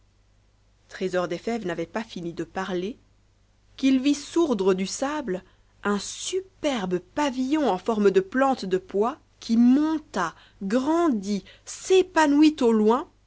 trésor des fèves n'avait pas fini de parler qu'il vit sourdre du sable un superbe pavillon en forme de plante de pois qui monta grandit s'épanouit au loin